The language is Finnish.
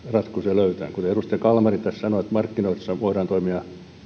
löytämään kuten edustaja kalmari tässä sanoi markkinoilla voidaan toimia